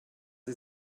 sie